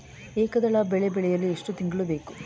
ಏಕದಳ ಬೆಳೆ ಬೆಳೆಯಲು ಎಷ್ಟು ತಿಂಗಳು ಬೇಕು?